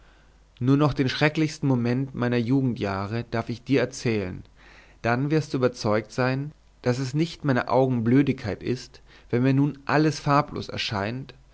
nur noch den schrecklichsten moment meiner jugendjahre darf ich dir erzählen dann wirst du überzeugt sein daß es nicht meiner augen blödigkeit ist wenn mir nun alles farblos erscheint